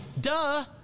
Duh